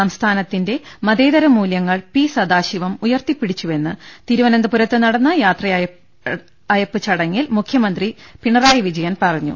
സംസ്ഥാനത്തിന്റെ മതേതരമൂലൃങ്ങൾ പി സദാശിവം ഉയർത്തിപിടിച്ചുവെന്ന് തിരുവനന്തപുരത്ത് നടന്ന യാത്രയയപ്പ് ചടങ്ങിൽ മുഖ്യമന്ത്രി പിണറായി വിജയൻ പറഞ്ഞു